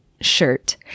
shirt